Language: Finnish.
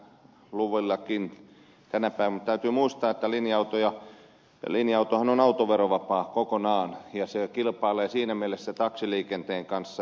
mutta täytyy muistaa että linja autohan on autoverovapaa kokonaan ja se kilpailee siinä mielessä taksiliikenteen kanssa